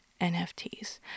NFTs